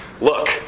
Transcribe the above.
Look